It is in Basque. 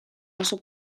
oso